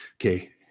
Okay